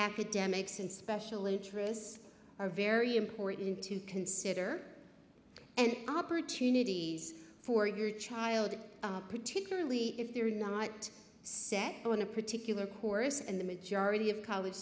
academics and special interests are very important to consider and opportunities for your child particularly if they're not set on a particular course and the majority of college